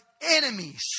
enemies